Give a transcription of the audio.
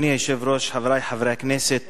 אדוני היושב-ראש, חברי חברי הכנסת,